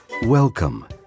Welcome